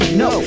no